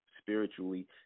spiritually